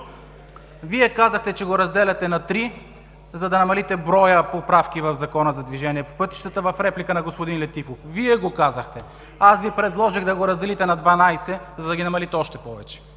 Вие казахте, че го разделяте на три, за да намалите броя поправки в Закона за движение по пътищата в реплика на господин Летифов. Вие го казахте! Аз Ви предложих да го разделите на 12, за да ги намалите още повече.